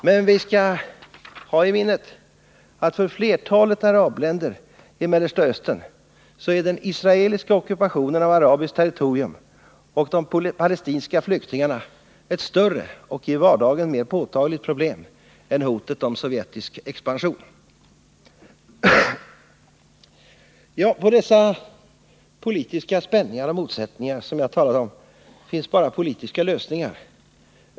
Men vi skall ha i minnet att för flertalet av arabländerna i Mellersta Östern är den israeliska ockupationen av arabiskt territorium och de palestinska flyktingarna ett större och i vardagen mer påtagligt problem än hotet om sovjetisk expansion. På dessa politiska spänningar och motsättningar som jag talat om finns bara politiska lösningar.